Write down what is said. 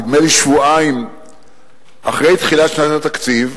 נדמה לי שבועיים אחרי תחילת שנת התקציב,